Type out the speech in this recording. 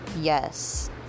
Yes